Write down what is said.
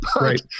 right